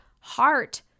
heart